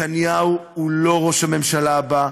נתניהו הוא לא ראש הממשלה הבא.